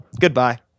Goodbye